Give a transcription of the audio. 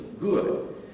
good